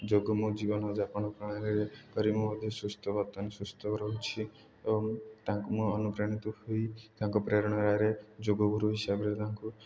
ଯୋଗ ମୁଁ ଜୀବନଯାପନ ପ୍ରଣାଳୀରେ କରି ମୁଁ ମଧ୍ୟ ସୁସ୍ଥ ବର୍ତ୍ତମାନ ସୁସ୍ଥ ରହୁଛି ଏବଂ ତାଙ୍କୁ ମୁଁ ଅନୁପ୍ରାଣିତ ହୋଇ ତାଙ୍କ ପ୍ରେରଣାରେ ଯୋଗ ଗୁରୁ ହିସାବରେ ତାଙ୍କୁ